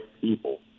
people